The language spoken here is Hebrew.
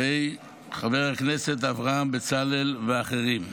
של חבר הכנסת אברהם בצלאל ואחרים.